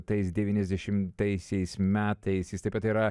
tais devyniasdešimtaisiais metais jis taip pat yra